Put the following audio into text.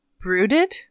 Brooded